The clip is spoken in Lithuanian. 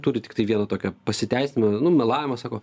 turi tiktai vieną tokią pasiteisinimą nu melavimą sako